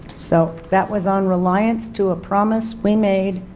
so that was on reliance to a promise we made